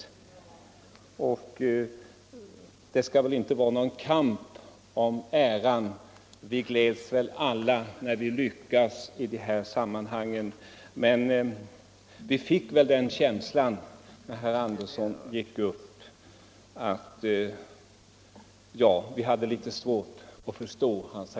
117 Det skall väl inte vara någon kamp om äran. Vi gläds väl alla när vi lyckas i de här sammanhangen. Men vi har litet svårt att förstå herr Anderssons agerande här och nu.